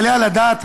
יעלה על הדעת,